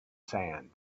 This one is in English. sand